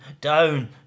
down